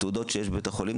תעודות שיש בבית החולים,